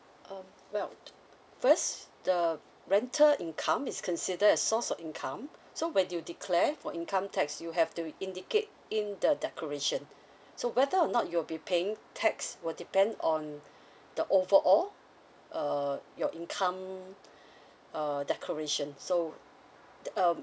um well first the rental income is considered a source of income so when you declare for income tax you have to indicate in the declaration so whether or not you'll be paying tax will depend on the over all uh your income err declaration so um